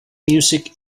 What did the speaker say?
music